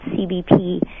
CBP